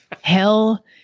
hell